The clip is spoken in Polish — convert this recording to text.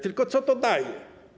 Tylko co to daje?